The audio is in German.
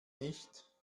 nicht